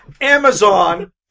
Amazon